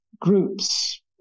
Groups